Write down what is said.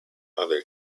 other